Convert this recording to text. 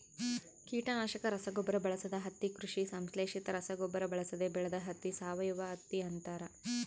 ಕೀಟನಾಶಕ ರಸಗೊಬ್ಬರ ಬಳಸದ ಹತ್ತಿ ಕೃಷಿ ಸಂಶ್ಲೇಷಿತ ರಸಗೊಬ್ಬರ ಬಳಸದೆ ಬೆಳೆದ ಹತ್ತಿ ಸಾವಯವಹತ್ತಿ ಅಂತಾರ